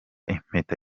impeta